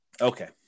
Okay